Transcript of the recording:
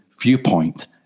viewpoint